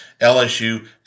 LSU